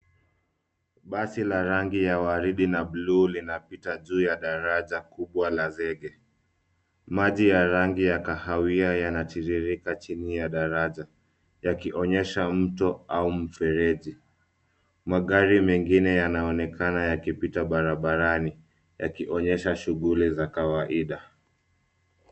Basi la rangi ya waridi na bluu linapita juu ya daraja kubwa la zege. Maji ya rangi ya kahawia yanatiririka chini ya daraja, yakionyesha mto au mfereji. Magari mengine yanaonekana yakipita barabarani, yakionyesha shughuli za kawaida.